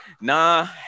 Nah